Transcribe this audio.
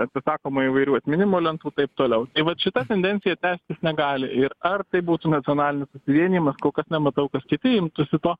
atsisakoma įvairių atminimo lentų taip toliau tai vat šita tendencija tęstis negali ir ar tai būtų nacionalinis susivienijimas kol kas nematau kad kiti imtųsi to